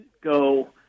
go